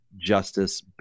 Justice